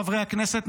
חברי הכנסת,